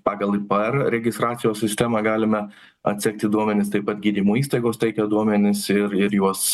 pagal ipr registracijos sistemą galime atsekti duomenis taip pat gydymo įstaigos teikia duomenis ir ir juos